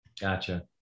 Gotcha